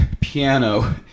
piano